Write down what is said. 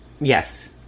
Yes